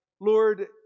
Lord